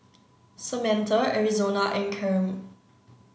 Samantha Arizona and Karyme